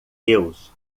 deus